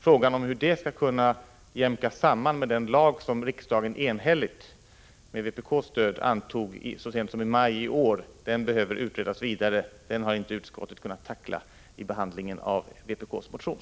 Frågan om hur det skall kunna jämkas samman med den lag som riksdagen enhälligt, med vpk:s stöd, antog så sent som i maj i år behöver utredas vidare — utskottet har inte kunnat tackla den frågan vid behandlingen av vpk:s motion.